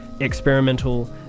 experimental